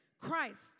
Christ